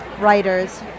writers